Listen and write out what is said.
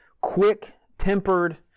quick-tempered